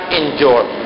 endure